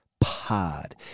pod